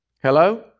Hello